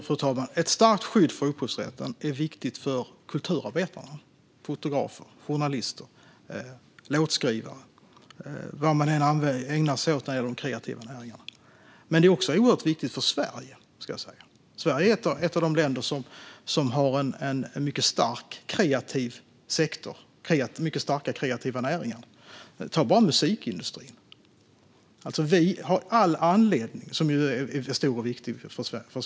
Fru talman! Ett starkt upphovsrättsskydd är viktigt för kulturarbetarna, för fotografer, journalister, låtskrivare och alla andra inom de kreativa näringarna. Det är också viktigt för Sverige. Sverige är ett av de länder som har mycket starka kreativa näringar. Ta bara musikindustrin, som är stor och viktig för Sverige.